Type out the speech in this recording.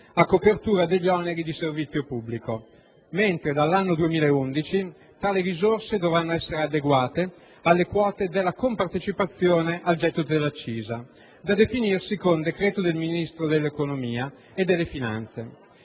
a copertura degli oneri di servizio pubblico, mentre dall'anno 2011 tali risorse dovranno essere adeguate alle quote della compartecipazione al gettito dell'accisa, da definirsi con decreto del Ministro dell'economia e delle finanze.